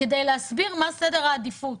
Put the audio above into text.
כדי להסביר מה סדר העדיפות.